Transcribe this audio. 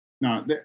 no